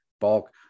bulk